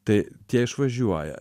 tai tie išvažiuoja